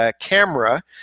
camera